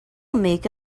make